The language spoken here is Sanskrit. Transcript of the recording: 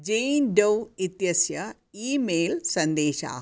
जैन् डव् इत्यस्य ईमेल् सन्देशाः